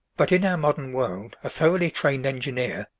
but in our modern world a thoroughly trained engineer,